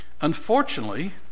Unfortunately